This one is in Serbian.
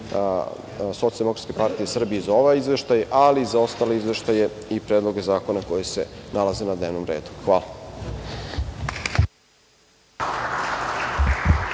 Socijaldemokratske partije Srbije glasaće za ovaj izveštaj, ali i za ostale izveštaje i predloge zakona koji se nalaze na dnevnom redu. Hvala.